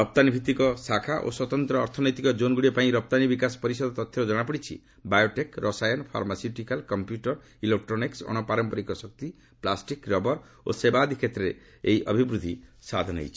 ରପ୍ତାନୀ ଭିଭିକ ଶାଖା ଓ ସ୍ୱତନ୍ତ୍ର ଅର୍ଥନୈତିକ ଜୋନ୍ଗୁଡ଼ିକ ପାଇଁ ରପ୍ତାନୀ ବିକାଶ ପରିଷଦର ତଥ୍ୟରୁ କଶାପଡ଼ିଛି ଯେ ବାୟୋଟେକ୍ ରସାୟନ ଫାର୍ମାସ୍ୟୁଟିକାଲ୍ କମ୍ପ୍ୟୁଟର ଇଲେକ୍ରୋନିକ୍ଟ ଅଣପାରମ୍ପରିକ ଶକ୍ତି ପ୍ଲାଷ୍ଟିକ୍ ରବର ଓ ସେବା ଆଦି କ୍ଷେତ୍ରରେ ଏହି ଅଭିବୃଦ୍ଧି ସାଧନ ହୋଇଛି